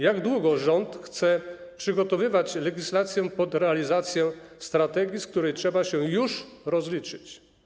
Jak długo rząd chce przygotowywać legislację pod realizację strategii, z której już trzeba się rozliczyć?